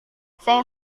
sayang